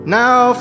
now